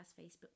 Facebook